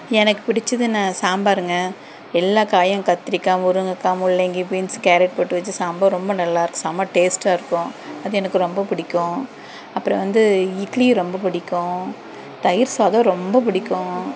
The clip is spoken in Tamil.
எனக்கு பிடிச்சதுனா சாம்பாருங்க எல்லா காயும் கத்திரிக்காய் முருங்கைக்கா முள்ளங்கி பீன்ஸ் கேரட் போட்டு வச்சு சாம்பார் ரொம்ப நல்லா இருக்கும் சாம்பார் டேஸ்ட்டாக இருக்கும் அது எனக்கு ரொம்ப பிடிக்கும் அப்புறம் வந்து இட்லி ரொம்ப பிடிக்கும் தயிர் சாதம் ரொம்ப பிடிக்கும்